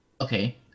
okay